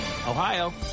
Ohio